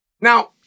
Now